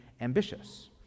ambitious